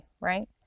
right